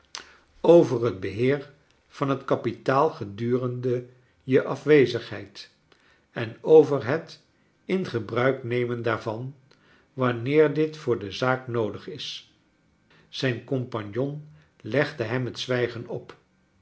over het beheer van het kapitaal gedurende je afwezigheid en over het in gebruik nemen daarvan wanneer dit voor de zaak noodig is zijn compagnon legde hem het zwijgen op